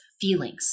feelings